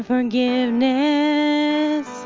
forgiveness